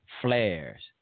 Flares